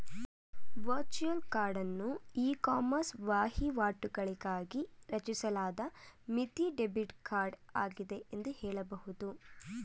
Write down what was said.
virtual ಕಾರ್ಡನ್ನು ecommerce ವಹಿವಾಟುಗಳಿಗಾಗಿ ರಚಿಸಲಾದ ಮಿತಿ ಡೆಬಿಟ್ ಕಾರ್ಡ್ ಆಗಿದೆ ಎಂದು ಹೇಳಬಹುದು